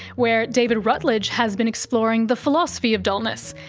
where david rutledge has been exploring the philosophy of dullness.